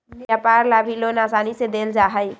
व्यापार ला भी लोन आसानी से देयल जा हई